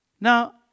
Now